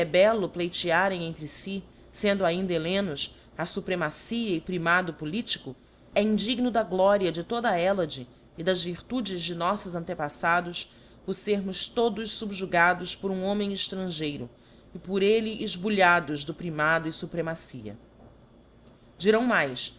pleitearem entre fi fendo ainda hellenos a fupremacia e primado politico é indigno da gloria de toda a hellade e das virtudes de noítos ante paífados o fermos todos fubjugados por um homem ex trangeiro e por elle efbulhados do primado e fupremacia dirão mais